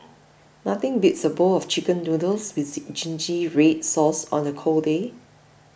nothing beats a bowl of Chicken Noodles with Zingy Red Sauce on a cold day